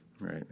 Right